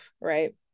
right